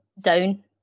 down